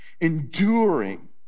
enduring